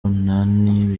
nani